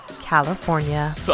California